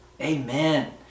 Amen